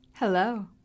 Hello